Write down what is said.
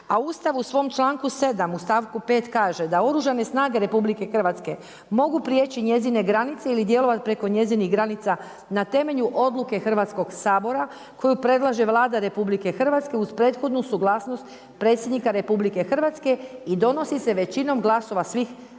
A Ustav u svom članku 7. u stavku 5. kaže da Oružane snage RH mogu prijeći njezine granice ili djelovat preko njezinih granica na temelju odluke Hrvatskog sabora koju predlaže Vlada RH uz prethodnu suglasnost Predsjednika RH i donosi se većinom glasova svih zastupnika.